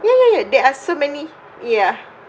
ya ya ya there are so many ya